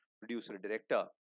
producer-director